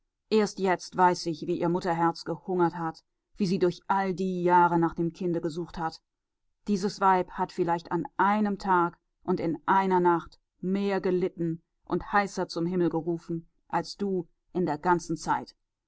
erst jetzt weiß ich wie ihr mutterherz gehungert hat wie sie durch all die jahre nach dem kinde gesucht hat dieses weib hat vielleicht an einem tag und in einer nacht mehr gelitten und heißer zum himmel gerufen als du in der ganzen zeit